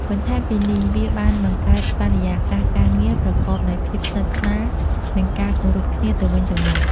បន្ថែមពីនេះ វាបានបង្កើតបរិយាកាសការងារប្រកបដោយភាពស្និទ្ធស្នាល និងការគោរពគ្នាទៅវិញទៅមក។